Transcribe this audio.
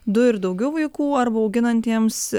du ir daugiau vaikų arba auginantiems